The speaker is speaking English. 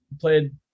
played